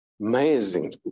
Amazing